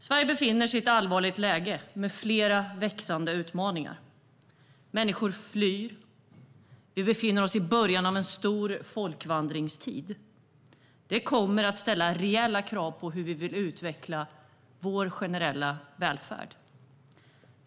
Sverige befinner sig i ett allvarligt läge med flera växande utmaningar. Människor flyr. Vi befinner oss i början av en stor folkvandringstid. Det kommer att ställa rejäla krav på hur vi vill utveckla vår generella välfärd.